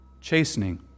chastening